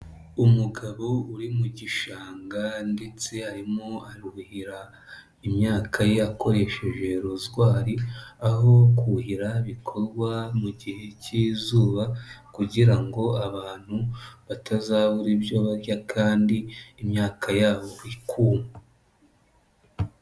Umugabo uri mu gishanga ndetse arimo aruhira imyaka akoresheje rozwari aho kuhira bikorwa mu gihe cy'izuba kugira ngo abantu batazabura ibyo barya kandi imyaka yabo ikuma.